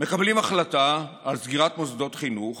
מקבלים החלטה על סגירת מוסדות חינוך